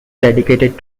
dedicated